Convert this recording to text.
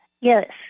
Yes